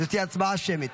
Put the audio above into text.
זו תהיה הצבעה שמית.